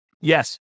Yes